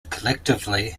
collectively